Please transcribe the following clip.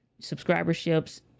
subscriberships